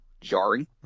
jarring